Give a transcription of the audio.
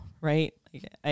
Right